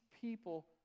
people